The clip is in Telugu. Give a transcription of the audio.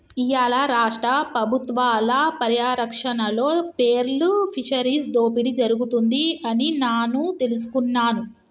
ఇయ్యాల రాష్ట్ర పబుత్వాల పర్యారక్షణలో పేర్ల్ ఫిషరీస్ దోపిడి జరుగుతుంది అని నాను తెలుసుకున్నాను